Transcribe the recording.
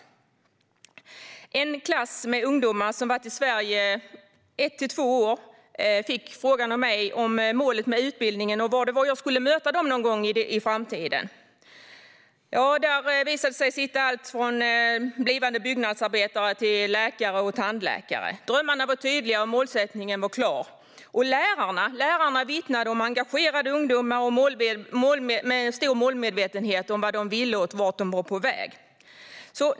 Jag frågade en klass med ungdomar som varit i Sverige i ett eller två år om målet med utbildningen och om var jag skulle möta dem någon gång i framtiden. Där, visade det sig, satt alltifrån blivande byggnadsarbetare till läkare och tandläkare. Drömmarna var tydliga och målsättningen klar. Lärarna vittnade om engagerade ungdomar med stor medvetenhet om vad de ville och vart de var på väg.